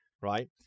right